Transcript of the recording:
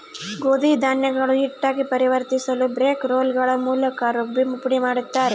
ಗೋಧಿ ಧಾನ್ಯಗಳು ಹಿಟ್ಟಾಗಿ ಪರಿವರ್ತಿಸಲುಬ್ರೇಕ್ ರೋಲ್ಗಳ ಮೂಲಕ ರುಬ್ಬಿ ಪುಡಿಮಾಡುತ್ತಾರೆ